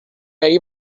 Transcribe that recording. ahir